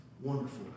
wonderful